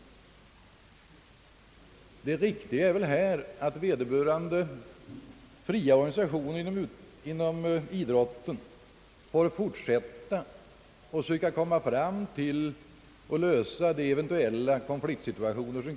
Det riktiga är väl att vederbörande fria idrottsorganisationer får fortsätta att söka komma fram till en lösning av eventuella konfliktsituationer.